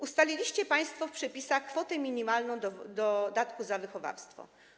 Ustaliliście państwo w przepisach kwotę minimalną dodatku za wychowawstwo.